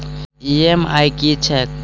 EMI की छैक?